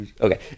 okay